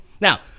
Now